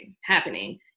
happening